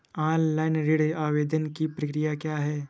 Online ऋण आवेदन की प्रक्रिया क्या है?